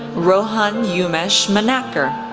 rohan umesh manathkar,